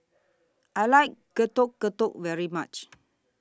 I like Getuk Getuk very much